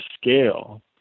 scale